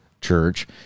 church